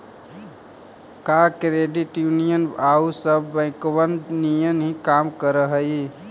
का credit union आउ सब बैंकबन नियन ही काम कर हई?